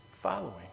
following